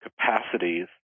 capacities